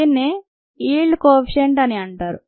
దీనినే yield coefficient అని అంటారు